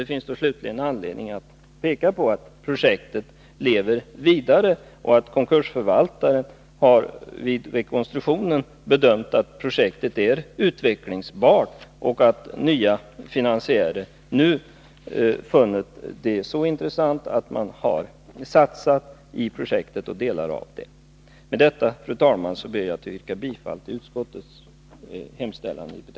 Det finns då slutligen anledning att peka på att projektet lever vidare och att konkursförvaltaren vid rekonstruktionen bedömt att projektet är utvecklingsbart och att nya finansiärer nu funnit det så intressant att man har satsat i projektet eller delar av det. Med detta, fru talman, ansluter jag mig till vad utskottet yttrat.